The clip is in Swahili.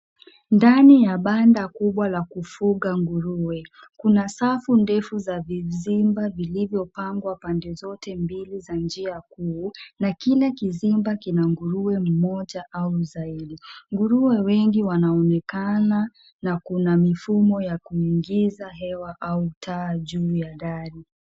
Ndani ya banda kubwa la kufuga nguruwe. Kuna safu ndefu ya vizimba vilivyopangwa pande zote mbili za njia kuu na kila kizimba kina nguruwe mmoja au zaidi. Nguruwe wengi wanaonekana na kuna mifumo ya kuingiza hewa au taa juu ya dari.